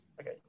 Okay